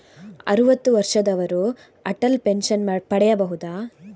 ಅರುವತ್ತು ವರ್ಷದವರು ಅಟಲ್ ಪೆನ್ಷನ್ ಪಡೆಯಬಹುದ?